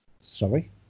Sorry